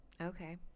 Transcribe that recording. Okay